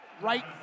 right